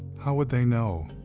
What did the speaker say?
how would they know